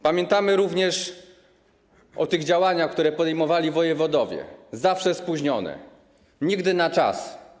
Pamiętamy również o działaniach, które podejmowali wojewodowie: zawsze spóźnionych, nigdy na czas.